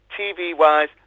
TV-wise